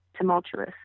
tumultuous